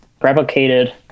replicated